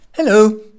Hello